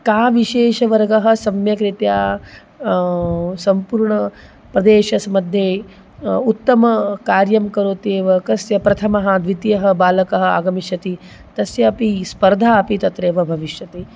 का विशेषवर्गः सम्यग्रीत्या सम्पूर्णप्रदेशस्य मध्ये उत्तमकार्यं करोति एव कस्य प्रथमः द्वितीयः बालकः आगमिष्यति तस्यापि स्पर्धा अपि तत्रैव भविष्यति